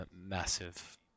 Massive